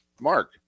Mark